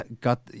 got